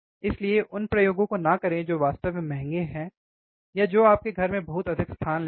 इसलिए उन प्रयोगों को न करें जो वास्तव में महंगे हैं या जो आपके घर में बहुत अधिक स्थान लेते हैं